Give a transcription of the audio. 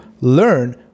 learn